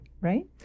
right